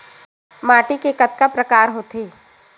माटी के कतका प्रकार होथे?